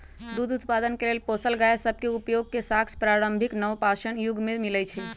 दूध उत्पादन के लेल पोसल गाय सभ के उपयोग के साक्ष्य प्रारंभिक नवपाषाण जुग में मिलइ छै